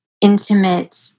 intimate